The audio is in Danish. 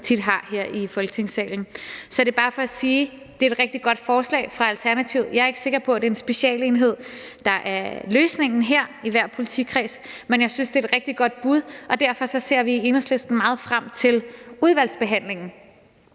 tit har i Folketingssalen. Så det er bare for at sige, at det er et rigtig godt forslag fra Alternativets side, men jeg er ikke sikker på, at det er en specialenhed i hver politikreds, der er løsningen her. Men jeg synes, at det er et rigtig godt bud, og derfor ser vi i Enhedslisten meget frem til udvalgsbehandlingen.